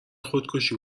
خودکشی